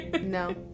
no